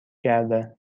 کرده